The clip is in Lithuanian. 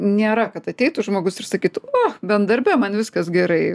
nėra kad ateitų žmogus ir sakyti o bent darbe man viskas gerai